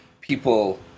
people